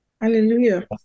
Hallelujah